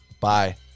Bye